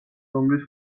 რომლის